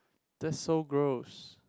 just so gross